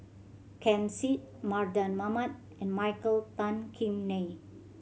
Ken Seet Mardan Mamat and Michael Tan Kim Nei